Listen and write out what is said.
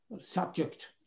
subject